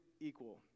equal